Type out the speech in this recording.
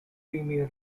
premier